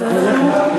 בסדר גמור.